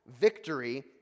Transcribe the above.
victory